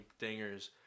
dingers